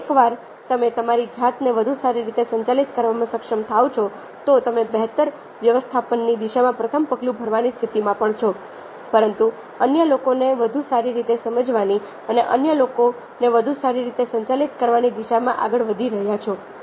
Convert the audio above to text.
અને એકવાર તમે તમારી જાતને વધુ સારી રીતે સંચાલિત કરવામાં સક્ષમ થાઓ છો તો તમે બહેતર વ્યવસ્થાપનની દિશામાં પ્રથમ પગલું ભરવાની સ્થિતિમાં પણ છો પરંતુ અન્ય લોકોને વધુ સારી રીતે સમજવાની અને અન્ય લોકોને વધુ સારી રીતે સંચાલિત કરવાની દિશામાં આગળ વધી રહ્યા છો